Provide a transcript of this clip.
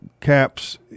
Caps